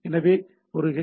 எனவே இந்த ஹெச்